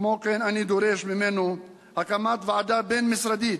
כמו כן, אני דורש ממנו הקמת ועדה בין-משרדית,